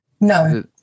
No